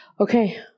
Okay